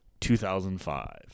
2005